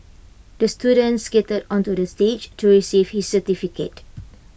the student skated onto the stage to receive his certificate